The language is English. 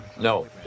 No